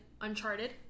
Uncharted